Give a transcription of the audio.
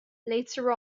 later